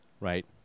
Right